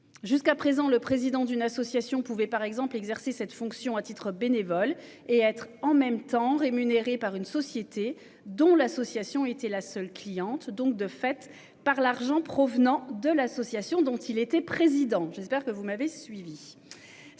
jusqu'à présent le président d'une association pouvait par exemple exercer cette fonction à titre bénévole et être en même temps rémunéré par une société dont l'association était la seule cliente donc de fait par l'argent provenant de l'association dont il était président. J'espère que vous m'avez suivie.